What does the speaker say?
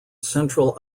central